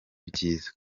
byiza